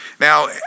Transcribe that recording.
Now